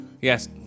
Yes